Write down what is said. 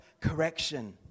Correction